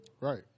Right